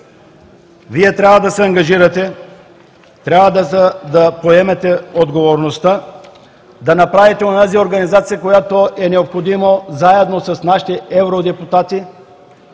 Вие трябва да се ангажирате, трябва да поемете отговорността – да направите онази организация, която е необходима, заедно с нашите евродепутати,